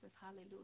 Hallelujah